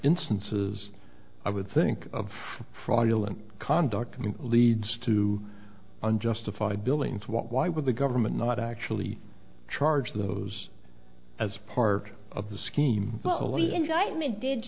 instances i would think of fraudulent conduct leads to unjustified billing why would the government not actually charge those as part of the scheme well any indictments did